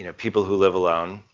you know people who live alone,